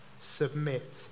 submit